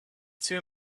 two